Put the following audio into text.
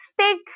stick